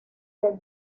the